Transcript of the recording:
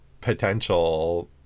potential